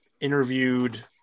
interviewed